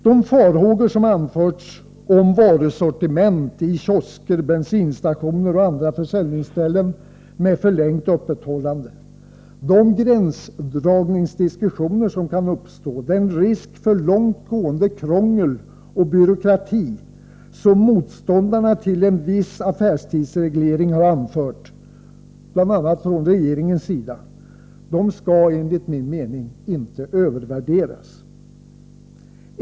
De farhågor som anförts om varusortiment i kiosker, bensinstationer och andra försäljningsställen med förlängt öppethållande, de gränsdragningsdiskussioner som kan uppstå, den risk för långt gående krångel och byråkrati som motståndarna till en viss affärstidsreglering har anfört, bl.a. från regeringens sida, skall enligt min mening inte övervärderas.